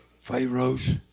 Pharaoh's